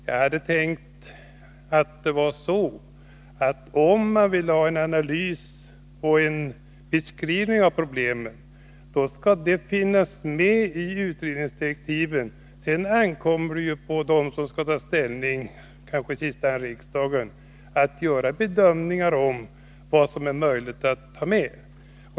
Jag hade tänkt mig att det var så att om man vill ha en analys och beskrivning av problemen, skall det finnas med i utredningsdirektiven. Sedan ankommer det ju på dem som skall ta ställning — kanske i sista hand riksdagen — att göra bedömningar av vad som är möjligt att ha med.